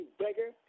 beggar